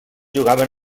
jugaven